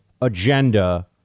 agenda